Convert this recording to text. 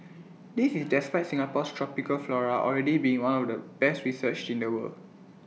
this is despite Singapore's tropical flora already being one of the best researched in the world